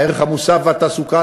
הערך המוסף והתעסוקה,